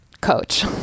coach